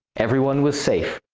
everyone was safe.